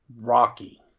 Rocky